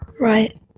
right